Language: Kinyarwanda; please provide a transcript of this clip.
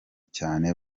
cyane